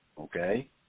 okay